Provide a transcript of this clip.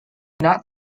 not